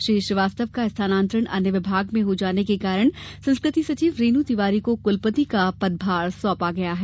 श्री श्रीवास्तव का स्थानांतरण अन्य विभाग में हो जाने के कारण संस्कृति सचिव रेनू तिवारी को कुलपति का पद भार सौंपा गया है